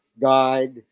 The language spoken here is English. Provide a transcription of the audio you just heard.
guide